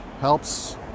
helps